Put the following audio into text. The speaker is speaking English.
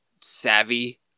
savvy